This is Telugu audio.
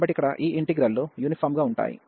కాబట్టి ఇక్కడ ఈ ఇంటిగ్రల్లు యూనిఫామ్ గా ఉంటాయి